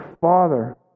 Father